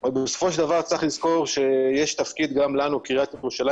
אבל בסופו שלדבר צריך לזכור שיש תפקיד גם לנו כעיריית ירושלים